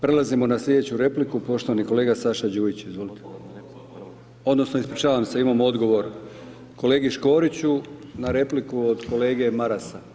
Prelazimo na slijedeću repliku, poštovani kolega Saša Đujić, izvolite, odnosno ispričavam se, imamo odgovor kolegi Škoriću na repliku od kolege Marasa.